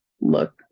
look